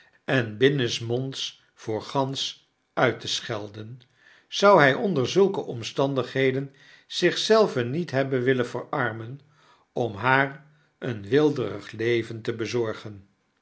en binnensmonds voor gans uit te scnelden zou hy onder zulke omstandigheden zich zelven niet hebben willen verarmen om haar een weelderig leven te bezorgen